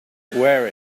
wear